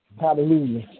Hallelujah